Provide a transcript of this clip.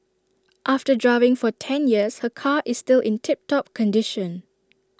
after driving for ten years her car is still in tip top condition